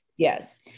Yes